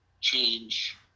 change